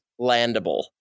landable